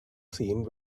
scene